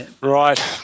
Right